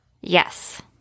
Yes